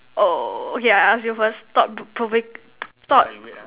oh okay I ask you first thought provok~ thought